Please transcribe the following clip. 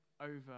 over